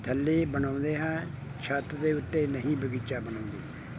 ਥੱਲੇ ਬਣਾਉਂਦੇ ਹਾਂ ਛੱਤ ਦੇ ਉੱਤੇ ਨਹੀਂ ਬਗੀਚਾ ਬਣਾਉਂਦੇ